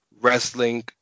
wrestling